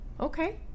okay